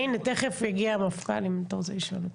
תכף יגיע המפכ"ל, אם אתה רוצה לשאול.